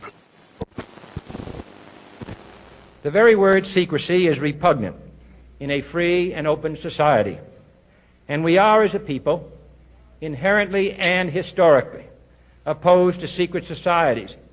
but the very word secrecy is repugnant in a free and open society and we are as a people inherently and historically opposed to secret societies,